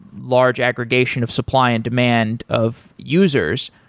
large aggregation of supply and demand of users.